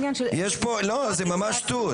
לא, זו ממש שטות.